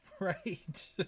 Right